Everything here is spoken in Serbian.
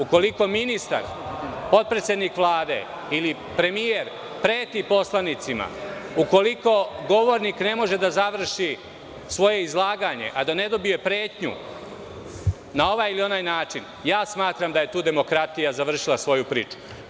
Ukoliko ministar, potpredsednik Vlade ili premijer preti poslanicima, ukoliko govornik ne može da završi svoje izlaganje a da ne dobije pretnju na ovaj ili onaj način, smatram da je tu demokratija završila svoju priču.